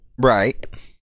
Right